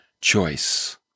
choice